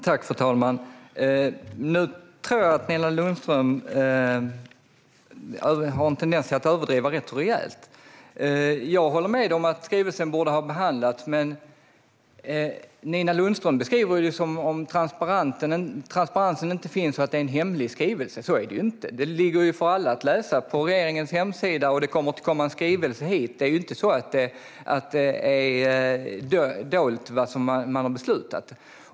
Fru talman! Nu tror jag att Nina Lundström har en tendens att överdriva rätt rejält. Jag håller med om att skrivelsen borde ha behandlats, men Nina Lundström beskriver det som att transparensen inte finns och att det är en hemlig skrivelse. Så är det ju inte. Detta ligger för alla att läsa på regeringens hemsida, och det kommer att komma en skrivelse hit. Det är ju inte så att det är dolt vad man har beslutat.